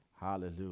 hallelujah